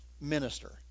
minister